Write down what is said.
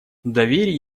доверие